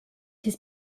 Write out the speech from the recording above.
his